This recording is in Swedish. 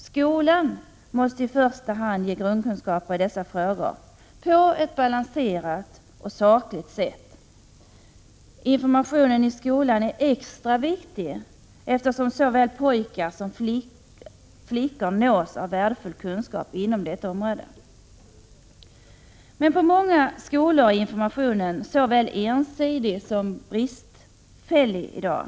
Skolan måste först ge grundkunskaper i dessa frågor på ett balanserat och sakligt sätt. Informationen i skolan är extra viktig eftersom såväl pojkar som flickor nås av värdefull kunskap inom detta område. På många skolor är informationen såväl ensidig som bristfällig i dag.